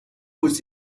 muss